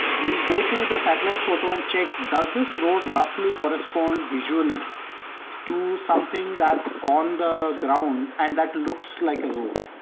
we go to the satellite photo and check, does this road roughly correspond visually to something that's on the ground and that looks like and road?